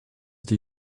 they